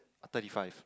thirty five